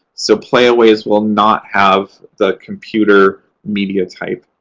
so playaways will not have the computer media type.